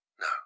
No